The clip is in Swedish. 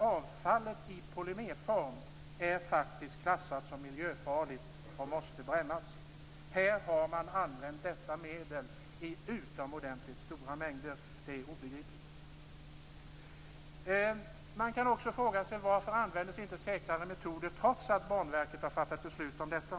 Avfallet i polymerform är faktiskt klassat som miljöfarligt och måste brännas. Vid tunnelbygget i Hallandsåsen har man använt detta medel i utomordentligt stora mängder. Det är obegripligt. Man kan också fråga sig varför inte säkrare metoder användes, trots att Banverket har fattat beslut om detta.